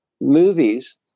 movies